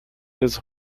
his